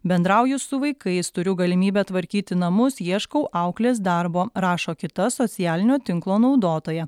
bendrauju su vaikais turiu galimybę tvarkyti namus ieškau auklės darbo rašo kita socialinio tinklo naudotoja